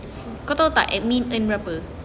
kau tahu tak admin earn berapa